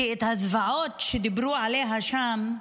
כי הזוועות שדיברו עליהן שם,